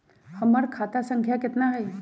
हमर खाता संख्या केतना हई?